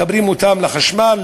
מחברים אותן לחשמל,